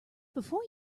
before